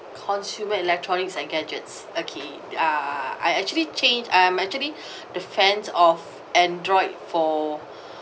consumer electronics and gadgets okay uh I actually change I'm actually the fans of android for